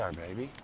um baby.